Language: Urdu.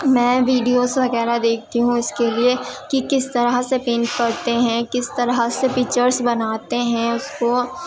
میں ویڈیوز وغیرہ دیکھتی ہوں اس کے لیے کہ کس طرح سے پینٹ کرتے ہیں کس طرح سے پکچرس بناتے ہیں اس کو